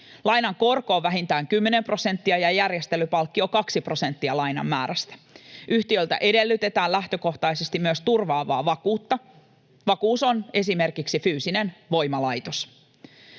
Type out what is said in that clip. Lainan korko on vähintään kymmenen prosenttia ja järjestelypalkkio kaksi prosenttia lainan määrästä. Yhtiöltä edellytetään lähtökohtaisesti myös turvaavaa vakuutta. Vakuus on esimerkiksi fyysinen voimalaitos.